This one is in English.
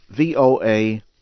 VOA